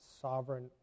sovereign